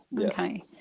Okay